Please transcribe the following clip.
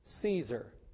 Caesar